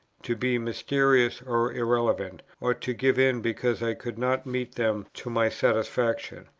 to be mysterious or irrelevant, or to give in because i could not meet them to my satisfaction.